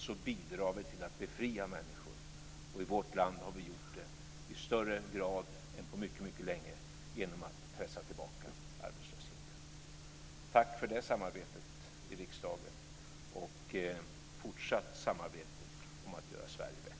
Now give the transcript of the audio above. Så bidrar vi till att befria människor. I vårt land har vi gjort det i högre grad än på mycket länge genom att pressa tillbaka arbetslösheten. Tack för det samarbetet i riksdagen och fortsatt samarbete om att göra Sverige bättre!